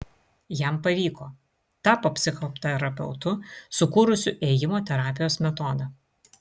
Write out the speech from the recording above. jam pavyko tapo psichoterapeutu sukūrusiu ėjimo terapijos metodą